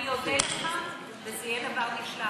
אני אודה לך, וזה יהיה דבר נפלא.